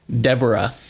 Deborah